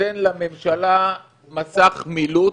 נותן לממשלה מסך מילוט